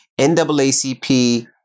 NAACP